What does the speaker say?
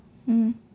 mmhmm